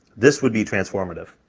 this would be transformative.